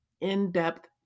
in-depth